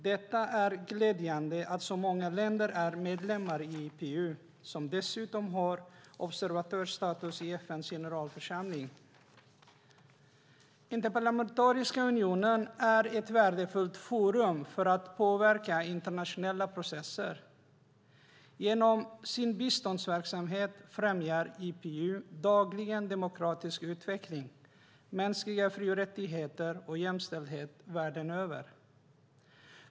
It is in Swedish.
Det är glädjande att så många länder är medlemmar i IPU, som dessutom har observatörsstatus i FN:s generalförsamling. Interparlamentariska unionen är ett värdefullt forum för att påverka internationella processer. Genom sin biståndsverksamhet främjar IPU dagligen demokratisk utveckling, mänskliga fri och rättigheter och jämställdhet världen över.